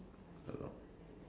along